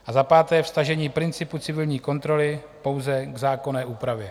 A za páté vztažení principu civilní kontroly pouze k zákonné úpravě.